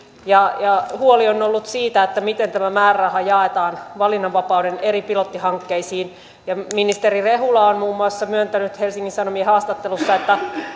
huoli on ollut siitä miten tämä määräraha jaetaan valinnanvapauden eri pilottihankkeisiin ministeri rehula on muun muassa myöntänyt helsingin sanomien haastattelussa että